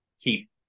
keep